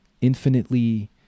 infinitely